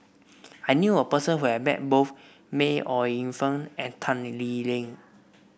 I knew a person who has met both May Ooi Yu Fen and Tan Lee Leng